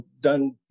done